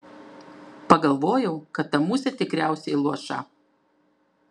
pagalvojau kad ta musė tikriausiai luoša